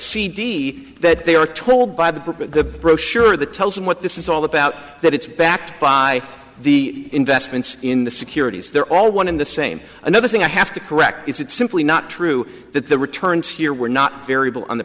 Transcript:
cd that they are told by the book the brochure that tells them what this is all about that it's backed by the investments in the securities they're all one in the same another thing i have to correct is it's simply not true that the returns here were not variable on the